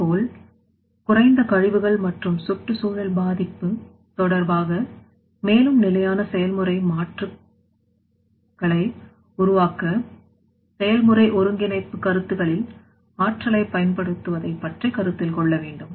அதேபோல் குறைந்த கழிவுகள் மற்றும் சுற்றுச்சூழல் பாதிப்பு தொடர்பாக மேலும் நிலையான செயல்முறை மாற்றுக் கலை உருவாக்க செயல்முறை ஒருங்கிணைப்பு கருத்துக்களில் ஆற்றலை பயன்படுத்துவதைப் பற்றி கருத்தில் கொள்ள வேண்டும்